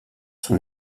sur